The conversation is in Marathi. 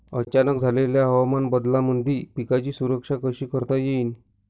अचानक झालेल्या हवामान बदलामंदी पिकाची सुरक्षा कशी करता येईन?